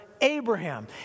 Abraham